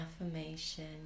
affirmation